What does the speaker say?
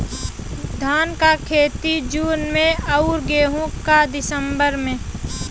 धान क खेती जून में अउर गेहूँ क दिसंबर में?